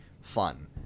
fun